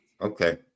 Okay